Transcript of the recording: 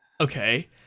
Okay